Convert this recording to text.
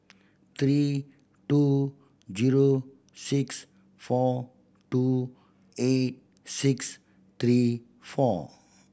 three two zero six four two eight six three four